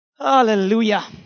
Hallelujah